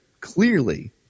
clearly